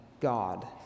God